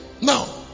Now